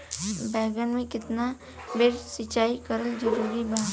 बैगन में केतना बेर सिचाई करल जरूरी बा?